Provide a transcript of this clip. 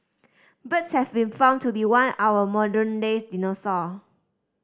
birds have been found to be one our modern day dinosaur